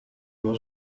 was